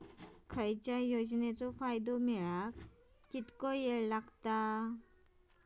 कसल्याय योजनेचो फायदो मेळाक कितको वेळ लागत?